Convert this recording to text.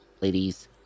Ladies